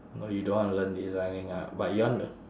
oh you don't wanna learn designing ah but you want to